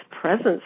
presence